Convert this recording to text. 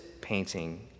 painting